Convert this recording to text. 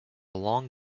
long